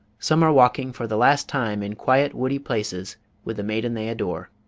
some are walking for the last time in quiet woody places with the maiden they adore.